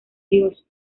dios